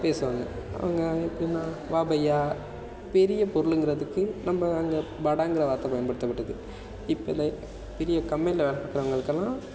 பேசுவாங்க அவங்க எப்படின்னா வா பையா பெரிய பொருளுங்குறதுக்கு நம்ம அங்கே படாங்குற வார்த்தை பயன்படுத்தப்பட்டது இப்போ பெரிய கம்பெனியில வேலை பார்க்குறவங்களுக்கெல்லாம்